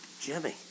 Jimmy